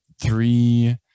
three